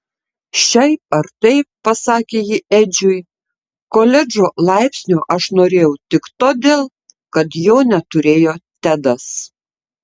šiaip ar taip pasakė ji edžiui koledžo laipsnio aš norėjau tik todėl kad jo neturėjo tedas